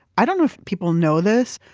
i don't know if people know this,